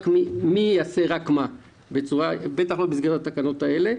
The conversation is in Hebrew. מי יעשה מה, בטח לא במסגרת התקנות האלה.